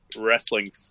wrestling